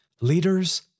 leaders